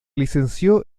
licenció